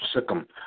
Sikkim